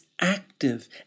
active